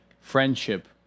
friendship